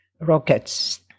rockets